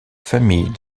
famille